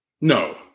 No